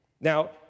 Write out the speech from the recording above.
Now